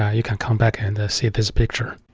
ah you can come back and see this picture.